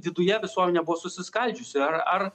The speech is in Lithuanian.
viduje visuomenė buvo susiskaldžiusi ar ar